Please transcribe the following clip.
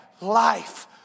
life